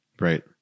Right